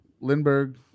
Lindbergh